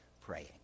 praying